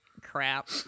Crap